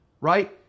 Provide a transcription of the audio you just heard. right